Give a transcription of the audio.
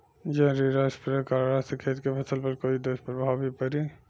जहरीला स्प्रे करला से खेत के फसल पर कोई दुष्प्रभाव भी पड़ी?